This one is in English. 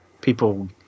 people